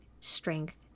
strength